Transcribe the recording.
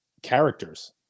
characters